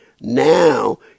now